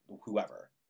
whoever